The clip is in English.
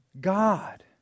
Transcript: God